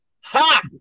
Ha